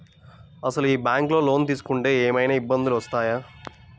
అసలు ఈ బ్యాంక్లో లోన్ తీసుకుంటే ఏమయినా ఇబ్బందులు వస్తాయా?